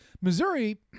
Missouri